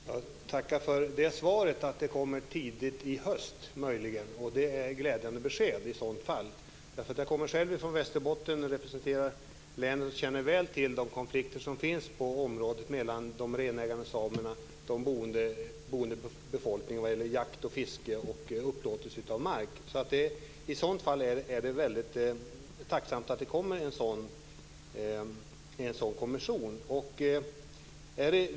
Fru talman! Jag tackar för svaret att det möjligen kommer att tillsättas en gränsdragningskommission tidigt i höst. Det är i så fall ett glädjande besked. Jag kommer själv från Västerbotten, representerar länet och känner väl till de konflikter som finns på området mellan de renägande samerna och den boende befolkningen vad gäller jakt, fiske och upplåtelse av mark. Det vore därför väldigt tacksamt om det tillsattes en kommission.